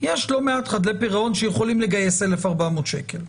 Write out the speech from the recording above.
יש לא מעט חדלי פירעון שיכולים לגייס 1,400 שקל,